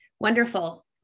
Wonderful